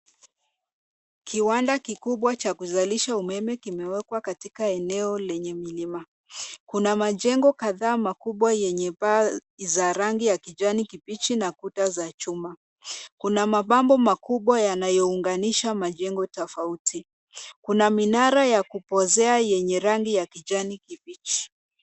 Kiwanda kikubwa cha kuzalisha umeme kimewekwa katika eneo lenye milima. Kuna majengo kadhaa makubwa yenye paa za rangi ya kijani kibichi na kuta za chuma. Kuna mabomba makubwa yanayounganisha majengo tofauti. Kuna minara ya kupozea yenye rangi ya kijani kibichi.